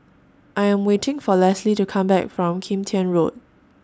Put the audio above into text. I Am waiting For Leslee to Come Back from Kim Tian Road